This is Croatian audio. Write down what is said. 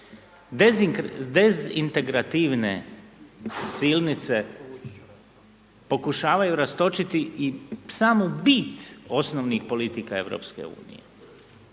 Dezintegrativne silnice pokušavaju rastočiti i samu bit osnovnih politika Europske unije,